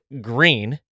green